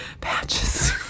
Patches